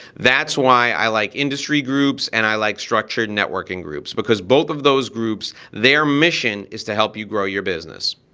that's why i like industry groups and i liked structured networking groups because both of those groups, their mission is to help you grow your business.